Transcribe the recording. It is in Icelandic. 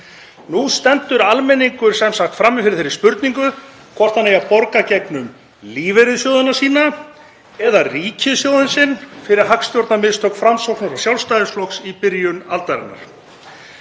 Nú stendur almenningur frammi fyrir þeirri spurningu hvort hann eigi að borga í gegnum lífeyrissjóðina sína eða ríkissjóðinn sinn fyrir hagstjórnarmistök Framsóknar og Sjálfstæðisflokks í byrjun aldarinnar.